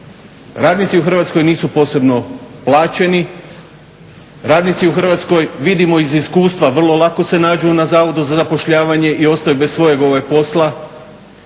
Radnici u Hrvatskoj nisu posebno plaćeni, radnici u Hrvatskoj vidimo iz iskustva vrlo lako se nađu na Zavodu za zapošljavanje i ostaju bez svog posla,